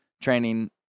training